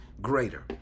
greater